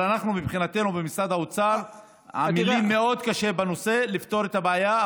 אנחנו מבחינתנו במשרד האוצר עמלים מאוד קשה בנושא לפתור את הבעיה,